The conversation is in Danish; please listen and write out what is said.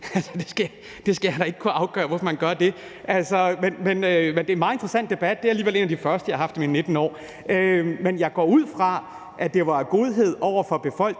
Jeg skal da ikke kunne afgøre, hvorfor man gør det. Men det er en meget interessant debat, og det er alligevel en af de første, jeg har haft i mine 19 år. Men jeg går ud fra, at det var af godhed over for befolkningen